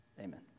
Amen